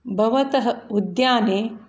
भवतः उद्याने